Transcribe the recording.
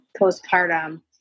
postpartum